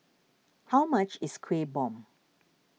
how much is Kuih Bom